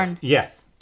Yes